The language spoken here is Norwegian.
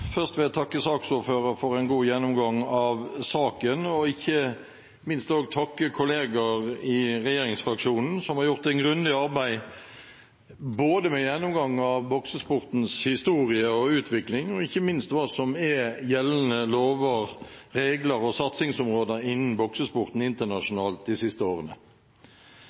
Først vil jeg takke saksordføreren for en god gjennomgang av saken og ikke minst takke kollegaer i regjeringsfraksjonen som har gjort et grundig arbeid med gjennomgang av både boksesportens historie og utvikling og ikke minst hva som er gjeldende lover, regler og satsingsområder innen boksesporten internasjonalt de siste årene.